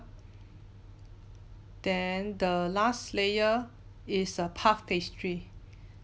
then the last layer is a puff pastry